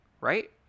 right